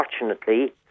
unfortunately